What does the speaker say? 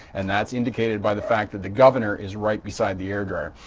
and that's indicated by the fact that the governor is right beside the air dryer.